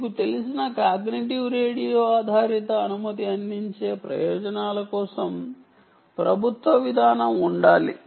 మీకు తెలిసిన cognitive radio ఆధారిత అనుమతి అందించే ప్రయోజనాల కోసం ప్రభుత్వ విధానం ఉండాలి